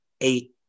eight